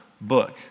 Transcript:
book